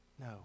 No